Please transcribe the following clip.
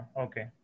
Okay